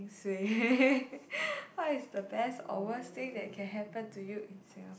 suay what is the best or worst thing that can happen to you in Singa~